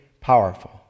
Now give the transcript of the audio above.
powerful